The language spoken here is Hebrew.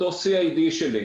את ה-CID שלי,